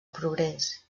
progrés